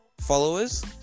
followers